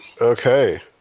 Okay